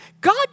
God